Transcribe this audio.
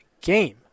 game